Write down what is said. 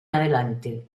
adelante